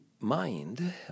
mind